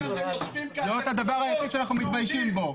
זה הדבר היחיד שאנחנו מתביישים בו.